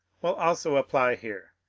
will also apply here.